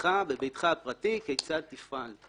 בדירתך או בביתך הפרטי, כיצד תפעל?